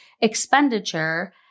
expenditure